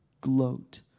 gloat